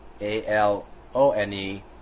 A-L-O-N-E